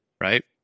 right